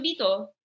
dito